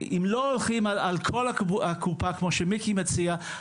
אם לא הולכים על כל הקופה כמו שמיקי מציע,